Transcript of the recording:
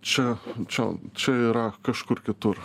čia čia čia yra kažkur kitur